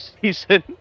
season